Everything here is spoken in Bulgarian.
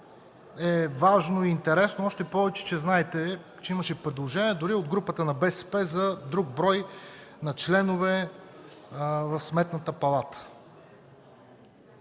е важно и интересно, още повече, че знаете, че имаше предложение дори от групата на БСП за друг брой членове на Сметната палата.